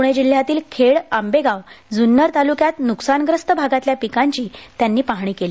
प्णे जिल्ह्यातील खेड आंबेगाव जुन्नर तालुक्यात नुकसानग्रस्त भागातल्या पिकांची त्यांनी पाहणी केली